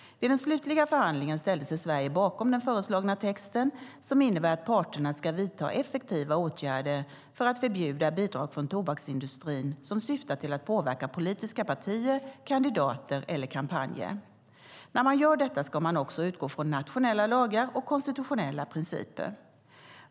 Vid den slutliga förhandlingen ställde sig Sverige bakom den föreslagna texten som innebär att parterna ska vidta effektiva åtgärder för att förbjuda bidrag från tobaksindustrin som syftar till att påverka politiska partier, kandidater eller kampanjer. När man gör detta ska man också utgå från nationella lagar och konstitutionella principer.